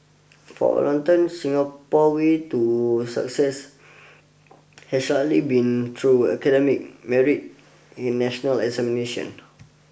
for a long time Singapore way to success has largely been through academic merit in national examinations